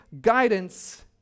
guidance